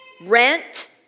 rent